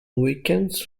weekends